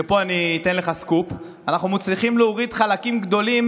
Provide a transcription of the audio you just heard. ופה אני אתן לך סקופ: אנחנו מצליחים להוריד חלקים גדולים